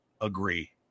agree